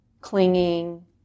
clinging